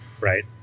right